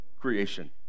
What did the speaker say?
creation